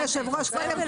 --- חברים,